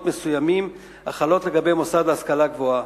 מסוימים החלות לגבי מוסד להשכלה גבוהה.